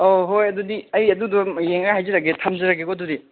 ꯑꯣ ꯍꯣꯏ ꯑꯗꯨꯗꯤ ꯑꯩ ꯑꯗꯨꯗꯤ ꯌꯦꯡꯉꯒ ꯍꯥꯖꯔꯒꯦ ꯊꯝꯖꯔꯒꯦꯀꯣ ꯑꯗꯨꯗꯤ